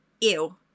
ew